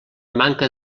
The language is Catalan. manca